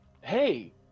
hey